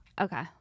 Okay